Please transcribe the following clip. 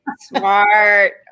smart